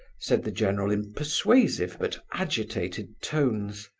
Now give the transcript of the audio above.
said the general, in persuasive but agitated tones.